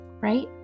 right